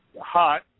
hot